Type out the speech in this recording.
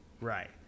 Right